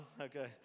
Okay